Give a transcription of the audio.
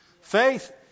Faith